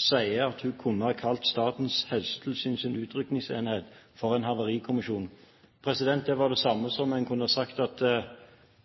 sier at hun kunne ha kalt Statens helsetilsyns utrykningsenhet for en havarikommisjon. Det var det samme som om man hadde sagt at